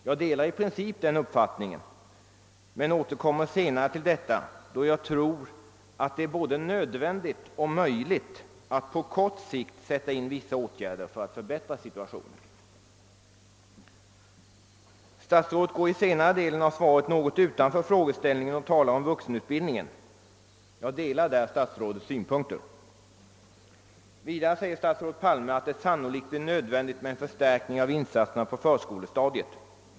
Jag delar i princip denna uppfattning men återkommer senare till detta, då jag tror, att det är både nödvändigt och möjligt att på kort sikt sätta in vissa åtgärder för att förbättra situationen. Statsrådet går i senare delen av svaret något utanför frågeställningen och talar om vuxenutbildningen. Jag delar därvidlag statsrådets synpunkter. Vidare säger statsrådet Palme att det sannolikt blir nödvändigt med en förstärkning av insatserna på förskolestadiet.